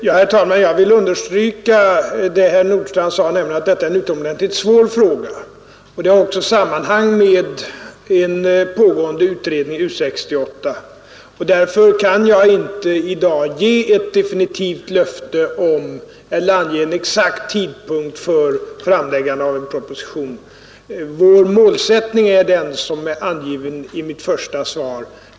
Herr talman! Jag vill understryka vad herr Nordstrandh sade, nämligen att detta är en utomordentligt svår fråga. Den har också sammanhang med en pågående utredning, U 68. Därför kan jag inte i dag ge ett definitivt löfte om eller ange en exakt tidpunkt för framläggande av en proposition. Vår målsättning är den som är angiven i mitt första svar.